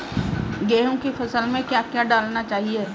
गेहूँ की फसल में क्या क्या डालना चाहिए?